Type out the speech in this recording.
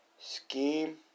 Scheme